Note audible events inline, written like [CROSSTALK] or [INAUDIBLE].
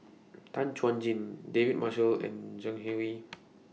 [NOISE] Tan Chuan Jin David Marshall and Zhang [UNINTELLIGIBLE] Hui [NOISE]